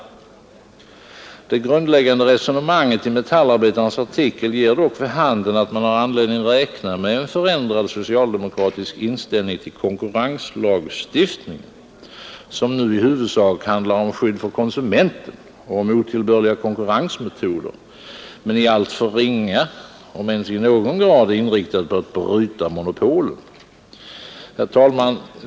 Det grundläggande resonemanget i Metallarbetarens artikel ger dock vid handen, att man har anledning räkna med en förändrad socialdemokratisk inställning till konkurrenslagstiftningen, som nu i huvudsak handlar om skydd för konsumenten och om otillbörliga konkurrensmetoder men i alltför ringa om ens någon grad är inriktad på att bryta monopolen. Herr talman!